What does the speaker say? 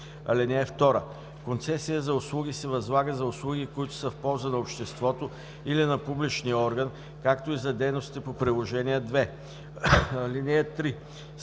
(2) Концесия за услуги се възлага за услуги, които са в полза на обществото или на публичния орган, както и за дейностите по Приложение № 2.